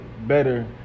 better